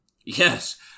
yes